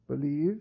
believe